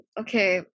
okay